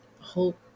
hope